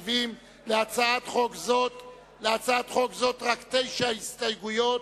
להצעת חוק זו יש רק תשע הסתייגויות.